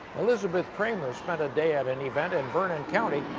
elizabeth cramer spent a day at an event in vernon county,